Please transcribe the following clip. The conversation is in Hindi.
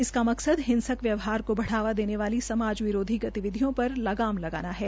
इसका मकसद हिंसक व्यवहार को बढ़ावा देने वाली समाज विरोधी गतिविधियों पर लगाम लगाना है